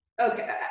okay